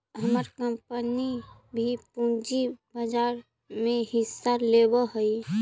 हमर कंपनी भी पूंजी बाजार में हिस्सा लेवअ हई